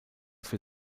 für